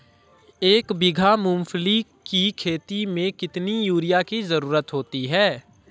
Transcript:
एक बीघा मूंगफली की खेती में कितनी यूरिया की ज़रुरत होती है?